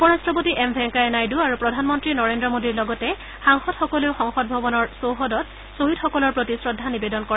উপ ৰাট্টপতি এম ভেংকায়া নাইডু আৰু প্ৰধানমন্তী নৰেদ্ৰ মোডীৰ লগতে সাংসদসকলেও সংসদ ভৱনৰ চৌহদত শ্বহীদসকলৰ প্ৰতি শ্ৰদ্ধা নিবেদন কৰে